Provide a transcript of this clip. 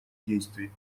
действий